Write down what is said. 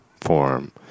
form